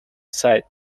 said